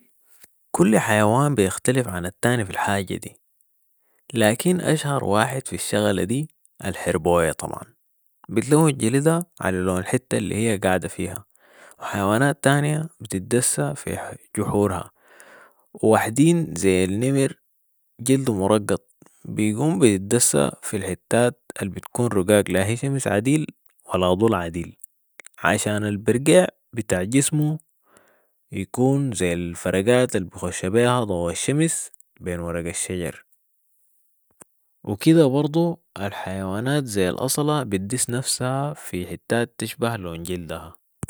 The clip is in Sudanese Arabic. كل حيوان بيختلف عن التاني في الحاجه دي ، لكن اشهر واحد في الشغلة دي الحربويه طبعا. بتلون جلدها علي لون الحته الهي قاعده فيها وحيوانات تانيه بتدسي في جحرها وواحدين ذي النمر جلده مرقط بيقوم بيتدسي في الحتات البتكون رقراق لا هي شمس عديل ولا ضل عديل عشان البرقيع بتاع جسمه يكون ذي الفرقات البيخش بيها ضو الشمس بين ورق الشجر وكده برضو الحيوان ذي الاصله بتدس نفسها في الحتات البتشبه لون جلدها